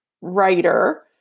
writer